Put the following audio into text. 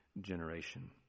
generation